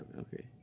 Okay